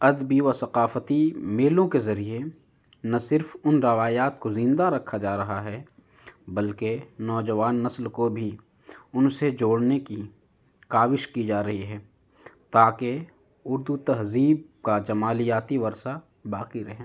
ادبی و ثقافتی میلوں کے ذریعے نہ صرف ان روایات کو زندہ رکھا جا رہا ہے بلکہ نوجوان نسل کو بھی ان سے جوڑنے کی کاوش کی جا رہی ہے تاکہ اردو تہذیب کا جمالیاتی ورثہ باقی رہے